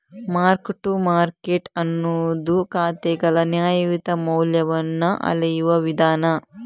mark to market ಅನ್ನುದು ಖಾತೆಗಳ ನ್ಯಾಯಯುತ ಮೌಲ್ಯವನ್ನ ಅಳೆಯುವ ವಿಧಾನ